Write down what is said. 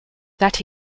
that